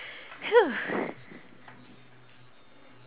!whew!